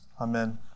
Amen